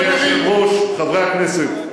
אדוני היושב-ראש, חברי הכנסת,